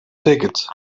ticket